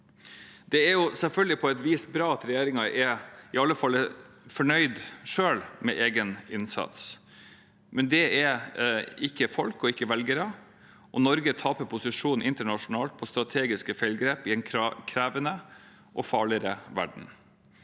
er det selvfølgelig bra at regjeringen selv i alle fall er fornøyd med egen innsats, men det er ikke folk og velgere. Norge taper posisjon internasjonalt på strategiske feilgrep i en krevende og farligere verden.